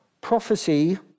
Prophecy